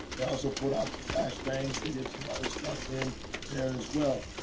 they also pulled out the flash bangs, they did some other stuff then, there as well.